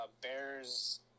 Bears